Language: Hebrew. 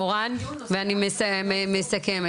מורן, ואני מסכמת.